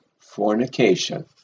fornication